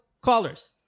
callers